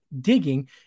digging